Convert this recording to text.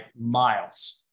miles